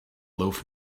loaf